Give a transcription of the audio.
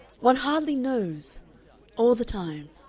one hardly knows all the time.